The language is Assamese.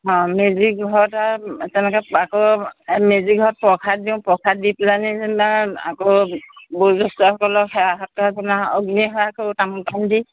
অঁ মেজি ঘৰত আৰু তেনেকৈ আকৌ মেজি ঘৰত প্ৰসাদ দিওঁ প্ৰসাদ দি পেলাইনি আকৌ বয়োজ্যেষ্ঠসকলৰ সেৱা সৎকাৰ আপোনাৰ অগ্নি সেৱা কৰোঁ তামোল পাণ দি